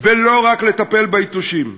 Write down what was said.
ולא רק לטפל ביתושים.